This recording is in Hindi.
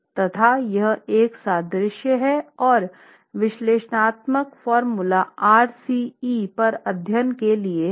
तथा यह एक सादृश्य है और विश्लेषणात्मक फॉर्मूला आरसीई पर अध्ययन से लिया गया है